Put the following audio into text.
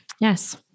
yes